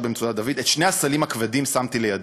את שני הסלים / הכבדים שמתי לידי.